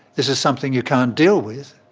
this is something you can't deal with.